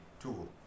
tool